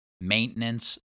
maintenance